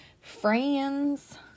friends